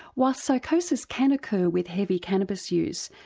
whilst psychosis can occur with heavy cannabis use,